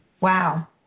wow